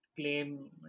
claim